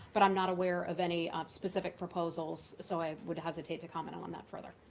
but i'm not aware of any um specific proposals, so i would hesitate to comment on on that further.